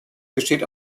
besteht